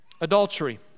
adultery